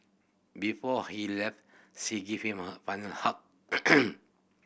before he left she gave him a final hug